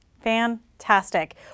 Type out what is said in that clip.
Fantastic